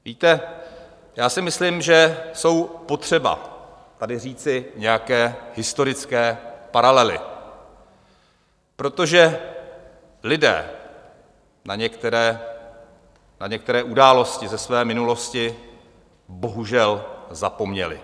Víte, já si myslím, že je potřeba tady říci nějaké historické paralely, protože lidé na některé události ze své minulosti bohužel zapomněli.